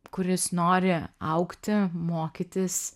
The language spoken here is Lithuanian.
kuris nori augti mokytis